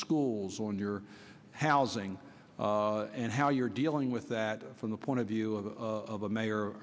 schools on your housing and how you're dealing with that from the point of view of a mayor